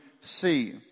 see